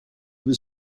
was